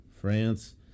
France